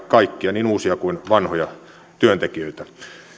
kaikkia niin uusia kuin vanhoja työntekijöitä